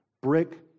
brick